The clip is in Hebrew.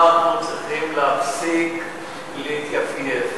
אנחנו צריכים להפסיק להתייפייף,